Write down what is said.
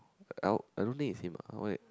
I don't I don't think it's him ah why